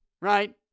right